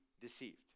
deceived